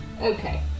Okay